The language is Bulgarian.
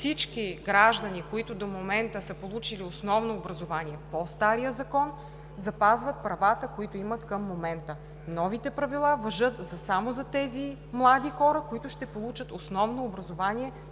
всички граждани, които до момента са получили основно образование по стария Закон, запазват правата, които имат към момента. Новите правила важат само за тези млади хора, които ще получат основно образование